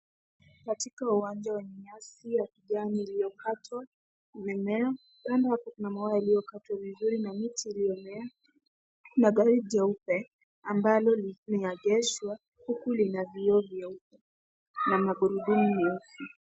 Katika uwanja wenye nyasi ya kijani iliyokatwa, mimea, kando ya maua yaliyokatwa vizuri na miti iliyomea, kuna gari jeupe ambalo linaegeshwa, huku lina vioo vyeupe na magurudumu nyeusi.